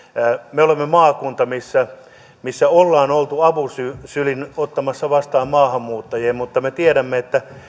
me olemme maakunta missä missä ollaan oltu avosylin avosylin ottamassa vastaan maahanmuuttajia mutta me tiedämme että